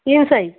ତିନ୍ ସାଇଜ୍